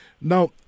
Now